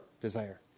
desire